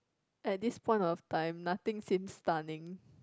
at this point of time nothing seems stunning